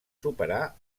superar